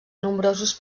nombrosos